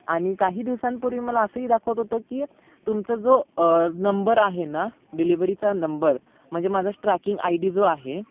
आणि काही दिवसांपूर्वी मला असंही दाखवत होतं की तुमचा जो नंबर आहे ना डिलीवरीचा नंबर म्हणजे माझा ट्रॅकिंग आय डी जो आहे